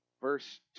Verse